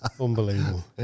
Unbelievable